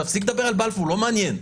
תפסיק לדבר על בלפור, לא מעניין.